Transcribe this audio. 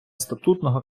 статутного